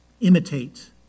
Imitate